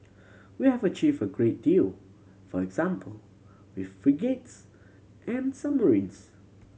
we have achieved a great deal for example with frigates and submarines